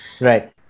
right